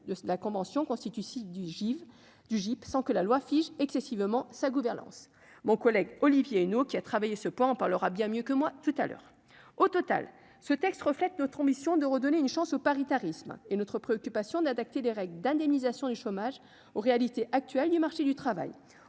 de la convention constitue, site du give du GIP, sans que la loi fiche excessivement sa gouvernance, mon collègue Olivier Henno, qui a travaillé ce point on parlera bien mieux que moi, tout à l'heure au total ce texte reflète notre ambition de redonner une chance au paritarisme et notre préoccupation d'adapter les règles d'indemnisation du chômage aux réalités actuelles du marché du travail